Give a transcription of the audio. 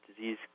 disease